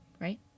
Right